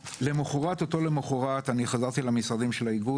באותו יום אני חזרתי למשרדים של האיגוד